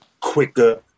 quicker